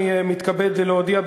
אני מתכבד להודיע,